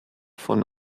von